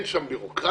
אין שם ביורוקרטיה,